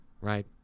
right